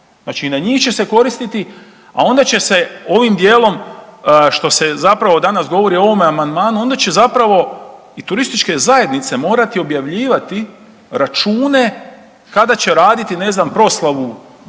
Znači i na njih će se koristiti a onda će se ovim djelom što se zapravo danas govori o ovom amandmanu, onda će zapravo i turističke zajednice morati objavljivati račune kada će raditi, ne znam proslavu,